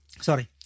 sorry